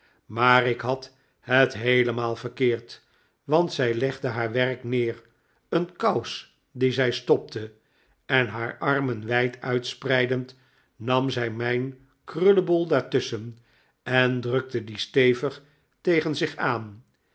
maar ik had het heelemaal verkeerd want zij legde haar werk neer een kous die zij stopte en haar armen wij d ui'tspreidend nam zij mijn krullebol daartusschen en drukte dien stevig tegen zich aan